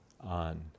on